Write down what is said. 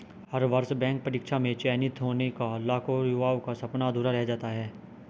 हर वर्ष बैंक परीक्षा में चयनित होने का लाखों युवाओं का सपना अधूरा रह जाता है